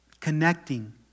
connecting